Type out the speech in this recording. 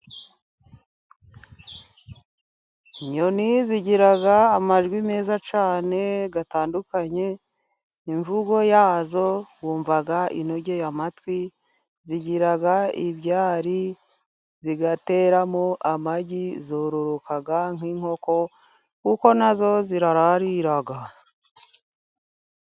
Inyoni zigira amajwi meza cyane atandukanye, imvugo yazo wumva inogeye amatwi, zigira ibyari zigateramo amagi, zororoka nk'inkoko kuko nazo zirararira.